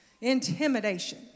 intimidation